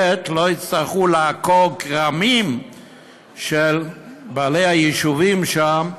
וגם לא יצטרכו לעקור כרמים של בעלי היישובים שם,